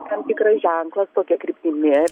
tam tikras ženklas tokia kryptimi